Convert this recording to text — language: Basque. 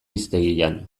hiztegian